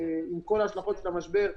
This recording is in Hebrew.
עם כל ההשלכות של המשבר,